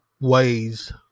ways